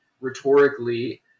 rhetorically